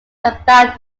about